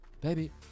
Baby